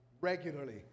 regularly